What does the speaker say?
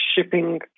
shipping